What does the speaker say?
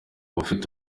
bafite